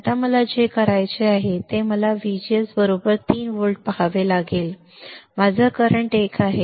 आता मला जे करायचे होते ते मला व्हीजीएस 3 व्होल्ट पहावे लागेल माझा करंट एक आहे